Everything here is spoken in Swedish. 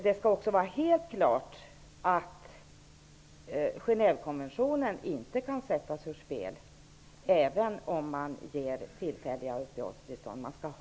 Det skall också vara helt klart att Genèvekonventionen inte skall kunna sättas ur spel, även om tillfälliga uppehållstillstånd ges.